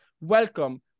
Welcome